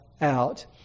out